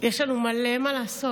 יש לנו מלא מה לעשות.